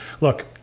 look